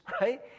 right